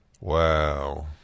Wow